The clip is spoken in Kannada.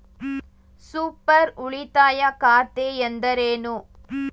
ಸೂಪರ್ ಉಳಿತಾಯ ಖಾತೆ ಎಂದರೇನು?